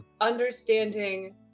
understanding